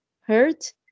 hurt